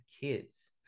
kids